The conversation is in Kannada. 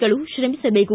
ಗಳು ಶ್ರಮಿಸಬೇಕು